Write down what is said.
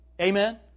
Amen